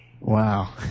Wow